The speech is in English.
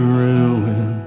ruin